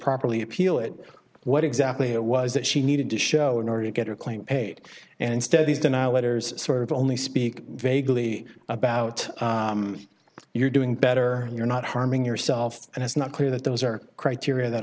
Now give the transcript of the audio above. properly appeal it what exactly it was that she needed to show in order to get her claim paid and instead these denial letters sort of only speak vaguely about you're doing better you're not harming yourself and it's not clear that those are criteria that